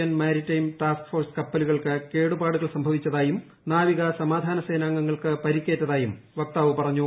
N maritime task force കപ്പലുകൾക്ക് കേടുപാടുകൾ സംഭവിച്ചതായും നാവിക സമാധാന സേനാംഗങ്ങൾക്ക് പരിക്കേറ്റതായും വക്താവ് പറഞ്ഞു